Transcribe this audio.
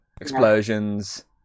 explosions